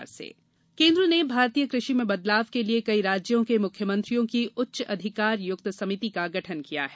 कृषि समिति केन्द्र ने भारतीय कृषि में बदलाव के लिए कई राज्यों के मुख्यमंत्रियों की उच्च अधिकार युक्त समिति का गठन किया है